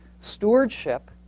stewardship